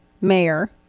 Mayor